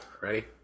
Ready